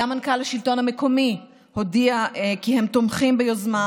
גם מנכ"ל השלטון המקומי הודיע כי הם תומכים ביוזמה